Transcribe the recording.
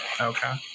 Okay